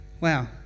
Wow